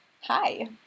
hi